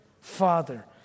father